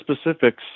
specifics